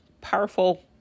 powerful